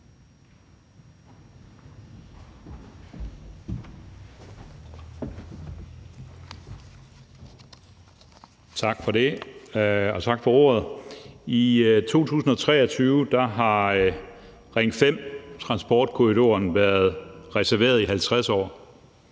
Tak for det, og tak for ordet. I 2023 har Ring 5-transportkorridoren været reserveret i 50 år